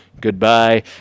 Goodbye